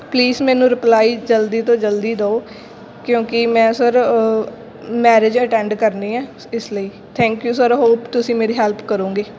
please ਮੈਨੂੰ reply ਜਲਦੀ ਤੋਂ ਜਲਦੀ ਦਿਉ ਕਿਉਂਕਿ ਮੈਂ ਸਰ ਮੈਰਿਜ ਅਟੈਂਡ ਕਰਨੀ ਹੈ ਸ ਇਸ ਲਈ ਥੈਂਕ ਯੂ ਸਰ ਹੋਪ ਤੁਸੀਂ ਮੇਰੀ ਹੈਲਪ ਕਰੋਂਗੇ